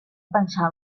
pensar